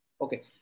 Okay